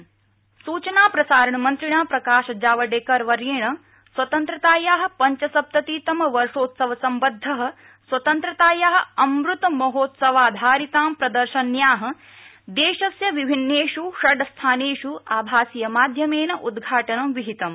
प्रकाश जावडेकर प्रदर्शनी सूचना प्रसारणमन्त्रिणा प्रकाश जावडेकरवर्येण स्वतन्त्रताया पंचसप्ततितम वर्षोत्सवसम्बद्धः स्वतन्त्रताया अमृत महोत्सवाधारितां प्रदर्शन्या देशस्य विभिन्नेषु षड्स्थानेषु आभासीयमाध्यमेन उद्घाटनं विहितम्